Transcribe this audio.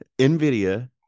Nvidia